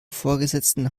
vorgesetzten